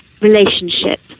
relationship